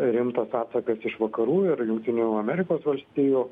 rimtas atsakas iš vakarų ir jungtinių amerikos valstijų